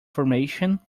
formation